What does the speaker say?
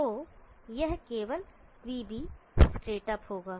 तो यह केवल vB स्ट्रेट अप होगा